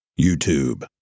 youtube